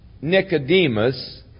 Nicodemus